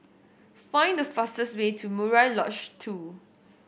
find the fastest way to Murai Lodge Two